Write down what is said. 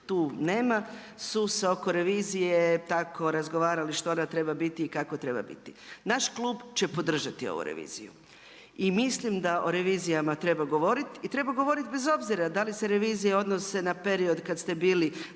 tu nema su se oko revizije tako razgovarali što ona treba biti i kako treba biti. Naš klub će podržati ovu reviziju i mislim da o revizijama treba govoriti i treba govoriti bez obzira da li se revizija odnose na period kada ste bili